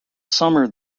summer